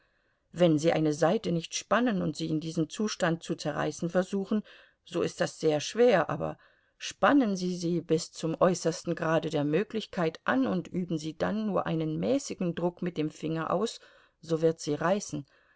wenn sie eine saite nicht spannen und sie in diesem zustand zu zerreißen versuchen so ist das sehr schwer aber spannen sie sie bis zum äußersten grade der möglichkeit an und üben sie dann nur einen mäßigen druck mit dem finger aus so wird sie reißen